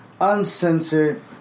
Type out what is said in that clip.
uncensored